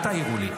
אל תעירו לי.